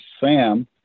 Sam